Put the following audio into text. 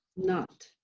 not.